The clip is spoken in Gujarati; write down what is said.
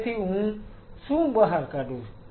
તેથી હું શું બહાર કાઢું છું